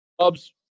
Cubs